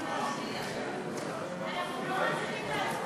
אנחנו לא מצליחים להצביע.